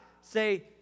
say